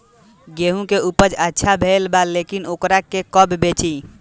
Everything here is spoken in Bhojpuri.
गेहूं के उपज अच्छा भेल बा लेकिन वोकरा के कब बेची?